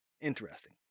Interesting